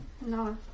No